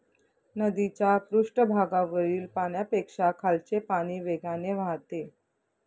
नदीच्या पृष्ठभागावरील पाण्यापेक्षा खालचे पाणी वेगाने वाहते